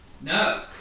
No